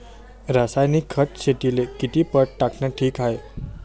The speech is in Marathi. रासायनिक खत शेतीले किती पट टाकनं ठीक हाये?